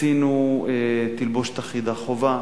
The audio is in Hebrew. עשינו תלבושת אחידה חובה